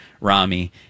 Rami